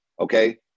okay